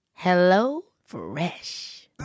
HelloFresh